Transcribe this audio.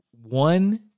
one